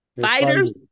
Fighters